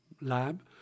lab